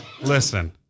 listen